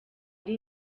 ari